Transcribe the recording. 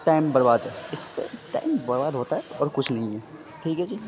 time برباد ہے اس پہ ٹائم برباد ہوتا ہے اور کچھ نہیں ہے ٹھیک ہے جی